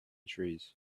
trees